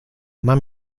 mam